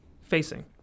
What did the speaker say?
facing